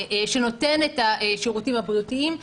שנותן את השירותים הבריאותיים.